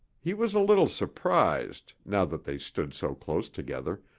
he was a little surprised, now that they stood so close together,